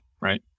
right